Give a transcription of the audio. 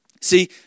See